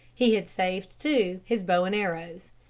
he had saved, too, his bow and arrows.